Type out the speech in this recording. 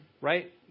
right